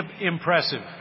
impressive